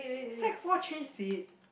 sec-four change seat